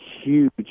huge